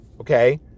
okay